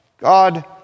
God